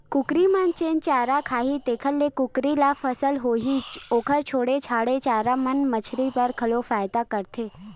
कुकरी जेन चारा खाही तेखर ले कुकरी ल फायदा होही, ओखर छोड़े छाड़े चारा मन मछरी बर घलो फायदा करथे